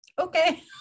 okay